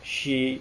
she